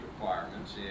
requirements